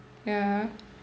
ya